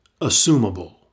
assumable